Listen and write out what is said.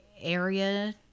area